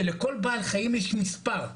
שלכל בעל חיים יש מספר,